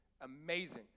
Amazing